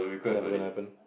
never gonna happen